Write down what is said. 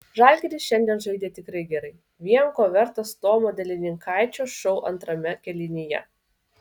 žalgiris šiandien žaidė tikrai gerai vien ko vertas tomo delininkaičio šou antrame kėlinyje